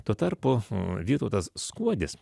tuo tarpu vytautas skuodis